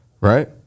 right